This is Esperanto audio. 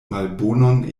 malbonon